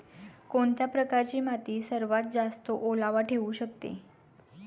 कोणत्या प्रकारची माती सर्वात जास्त ओलावा ठेवू शकते?